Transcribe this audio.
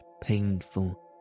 painful